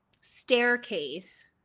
staircase